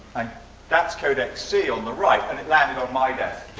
and that's codex c on the right. and it landed on my desk